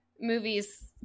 movies